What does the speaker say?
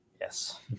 yes